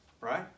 Right